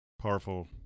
powerful